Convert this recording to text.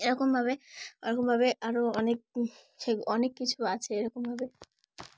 এরকমভাবে এরকমভাবে আরও অনেক সে অনেক কিছু আছে এরকমভাবে